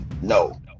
no